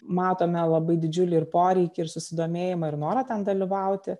matome labai didžiulį ir poreikį ir susidomėjimą ir norą ten dalyvauti